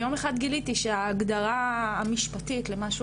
יום אחד גיליתי שההגדרה המשפטית למה שהוא